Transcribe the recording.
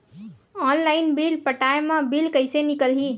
Online bill पटाय मा bill कइसे निकलही?